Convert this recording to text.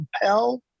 compel